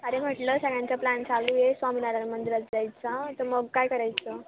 अरे म्हटलं सगळ्यांचा प्लॅन चालू आहे स्वामीनारायण मंदिरात जायचा तर मग काय करायचं